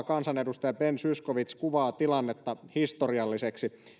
kansanedustaja ben zyskowicz kuvaa tilannetta historialliseksi